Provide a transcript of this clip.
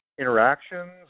interactions